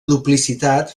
duplicitat